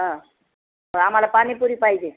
हा हो आम्हाला पाणीपुरी पाहिजे